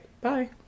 Bye